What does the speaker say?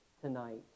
tonight